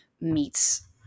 meets